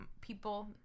people